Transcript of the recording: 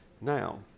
now